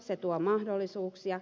se tuo mahdollisuuksia